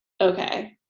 okay